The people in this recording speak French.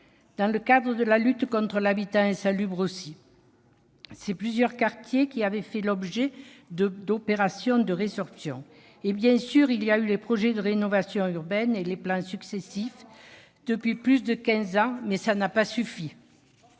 Dans le cadre de la lutte contre l'habitat insalubre aussi, ce sont plusieurs quartiers qui avaient fait l'objet d'opérations de résorption. Et bien sûr, il y a eu les projets de rénovation urbaine et les plans successifs depuis plus de quinze ans, mais cela n'a pas suffi.